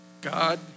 God